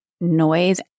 noise